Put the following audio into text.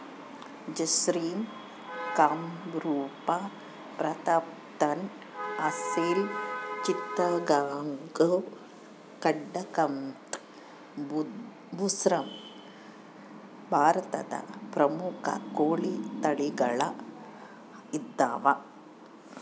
ಜರ್ಸಿಮ್ ಕಂರೂಪ ಪ್ರತಾಪ್ಧನ್ ಅಸೆಲ್ ಚಿತ್ತಗಾಂಗ್ ಕಡಕಂಥ್ ಬುಸ್ರಾ ಭಾರತದ ಪ್ರಮುಖ ಕೋಳಿ ತಳಿಗಳು ಇದಾವ